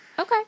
Okay